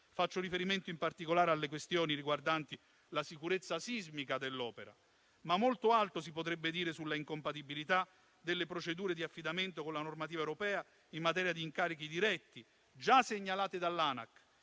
Faccio riferimento, in particolare, alle questioni riguardanti la sicurezza sismica dell'opera, ma molto altro si potrebbe dire sulla incompatibilità delle procedure di affidamento con la normativa europea in materia di incarichi diretti, già segnalate dall'ANAC;